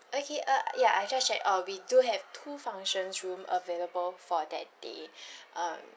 okay uh ya I just checked uh we do have two functions room available for that day um